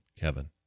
kevin